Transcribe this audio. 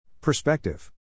Perspective